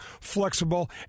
flexible